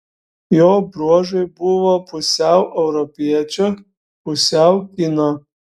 jo bruožai buvo pusiau europiečio pusiau kino